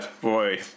boy